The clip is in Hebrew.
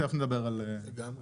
תכף נדבר על אגירה,